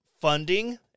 funding